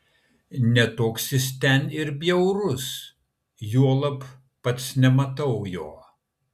ne toks jis ten ir bjaurus juolab pats nematau jo